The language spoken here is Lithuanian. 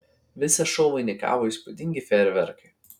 visą šou vainikavo įspūdingi fejerverkai